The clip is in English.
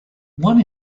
one